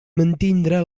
mantindre